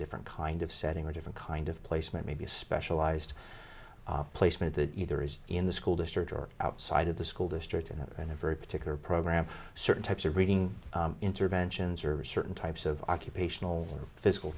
different kind of setting or a different kind of placement maybe a specialized placement that either is in the school district or outside of the school district and in a very particular program certain types of reading interventions or certain types of occupational physical